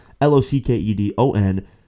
L-O-C-K-E-D-O-N